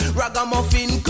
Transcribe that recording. ragamuffin